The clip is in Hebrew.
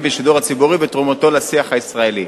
בשידור ציבורי ותרומתו לשיח הישראלי.